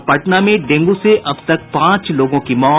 और पटना में डेंगू से अब तक पांच लोगों की मौत